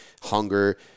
hunger